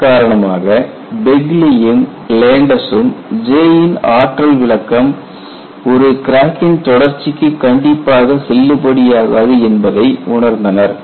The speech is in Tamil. இதன் காரணமாக பெக்லியும் லேண்டஸும் J ன் ஆற்றல் விளக்கம் ஒரு கிராக்கின் தொடர்ச்சிக்கு கண்டிப்பாக செல்லுபடியாகாது என்பதை உணர்ந்தனர்